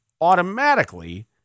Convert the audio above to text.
automatically